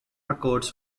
records